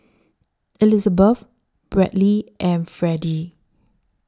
Elizabet Brantley and Freddie